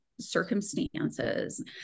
circumstances